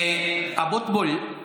אבוטבול,